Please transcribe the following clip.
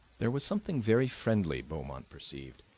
there was something very friendly, beaumont perceived,